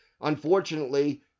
Unfortunately